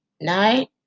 night